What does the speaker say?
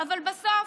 אבל בסוף,